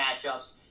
matchups